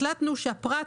החלטנו שהפרט,